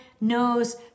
knows